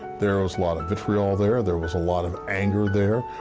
there was lot of vitriol there. there was a lot of anger there.